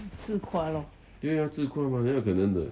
自夸 lor